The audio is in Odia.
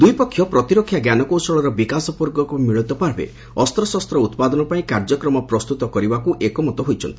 ଦୁଇପକ୍ଷ ପ୍ରତିରକ୍ଷା ଜ୍ଞାନକୌଶଳର ବିକାଶ ପୂର୍ବକ ମିଳିତଭାବେ ଅସ୍ପଶସ୍ତ ଉତ୍ପାଦନ ପାଇଁ କାର୍ଯ୍ୟକ୍ରମ ପ୍ରସ୍ତୁତ କରିବାକୁ ଏକମତ ହୋଇଛନ୍ତି